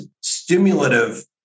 stimulative